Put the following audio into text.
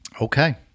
okay